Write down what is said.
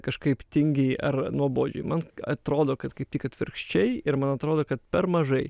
kažkaip tingiai ar nuobodžiai man atrodo kad kaip tik atvirkščiai ir man atrodo kad per mažai